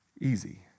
Easy